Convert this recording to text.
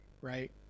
right